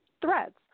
threats